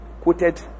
quoted